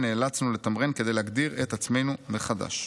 נאלצנו לתמרן כדי להגדיר את עצמנו מחדש: